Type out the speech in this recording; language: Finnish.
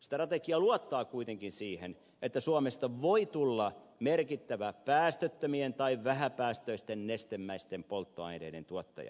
strategia luottaa kuitenkin siihen että suomesta voi tulla merkittävä päästöttömien tai vähäpäästöisten nestemäisten polttoaineiden tuottaja